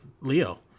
Leo